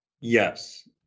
Yes